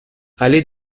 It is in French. allée